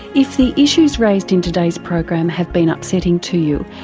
if the issues raised in today's program have been upsetting to you,